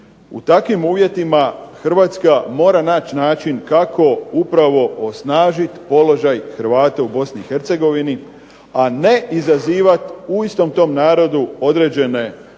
u takvim uvjetima Hrvatska mora naći način kako upravo osnažiti položaj Hrvata u Bosni i Hercegovini, a ne izazivati u istom tom narodu određenu razinu